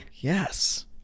Yes